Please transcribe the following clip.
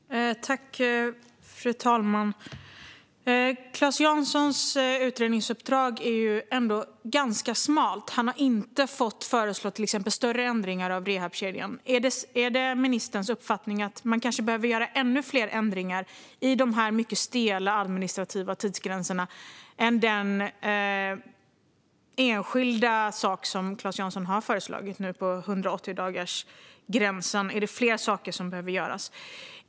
Fru talman! Claes Janssons utredningsuppdrag är ganska smalt. Han har till exempel inte fått föreslå större ändringar av rehabkedjan. Är det ministerns uppfattning att fler ändringar kanske behöver göras i de mycket stela administrativa tidsgränserna än den enskilda sak som Claes Jansson nu har föreslagit när det gäller 180-dagarsgränsen? Är det fler saker som behöver göras?